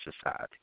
society